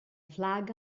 flag